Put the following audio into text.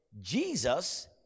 Jesus